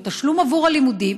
או תשלום עבור הלימודים,